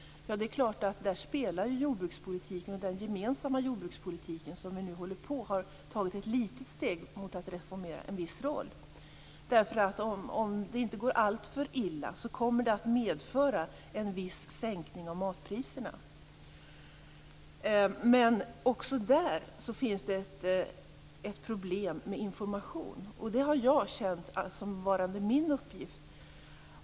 Det är klart att vår jordbrukspolitik, och den gemensamma jordbrukspolitik som vi nu har tagit ett litet steg mot att reformera, spelar en viss roll där. Om det inte går alltför illa kommer det att medföra en viss sänkning av matpriserna. Också där finns det ett informationsproblem. Det har jag känt som varande min uppgift.